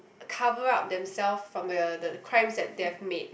cover up themself from the the crimes that they have made